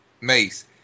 Mace